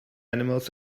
animals